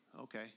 okay